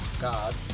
God